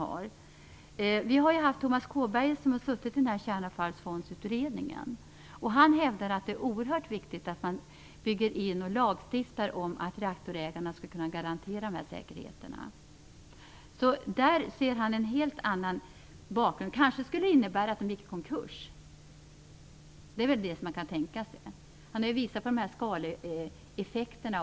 Vår Tomas Kåberger, som har suttit i Kärnavfallsfondsutredningen, hävdar att det är oerhört viktigt att lagstifta om att reaktorägarna skall kunna garantera säkerheterna. Han har en helt avvikande uppfattning, som kanske innebär att reaktorägarna kan komma att gå i konkurs. Han har också visat på skaleffekterna.